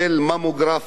ולאMRI ,